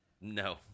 No